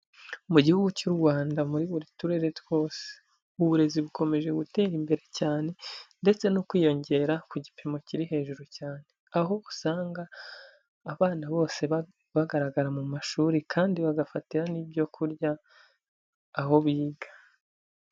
Mu gihugu cy'u Rwanda muri buri turere twose uburezi bukomeje gutera imbere cyane ndetse no kwiyongera ku gipimo kiri hejuru cyane, aho usanga abana bose bagaragara mu mashuri kandi bagafatira n'ibyo kurya aho biga.